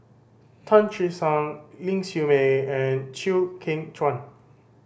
Tan Che Sang Ling Siew May and Chew Kheng Chuan